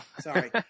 Sorry